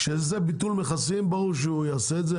כשזה ביטול מכסים ברור שהוא יעשה את זה,